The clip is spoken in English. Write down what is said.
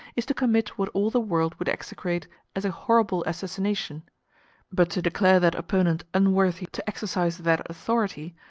is to commit what all the world would execrate as a horrible assassination but to declare that opponent unworthy to exercise that authority,